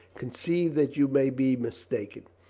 conceive that you may be mistaken!